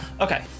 Okay